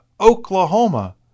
Oklahoma